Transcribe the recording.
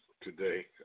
today